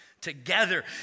together